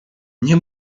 nie